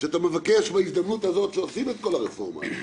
שאתה מבקש בהזדמנות הזו שעושים את כל הרפורמה הזו,